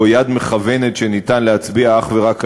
או יד מכוונת שניתן להצביע אך ורק עליה.